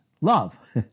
love